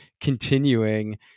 continuing